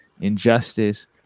injustice